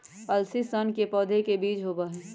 अलसी सन के पौधे के बीज होबा हई